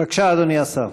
בבקשה, אדוני השר.